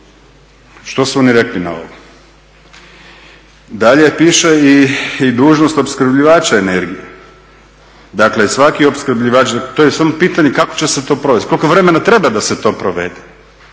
što su oni rekli na ovo? Dalje piše i dužnost opskrbljivača energije. Dakle, svaki opskrbljivač, to je samo pitanje kako će se to provesti, koliko vremena treba da se to provede,